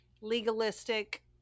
legalistic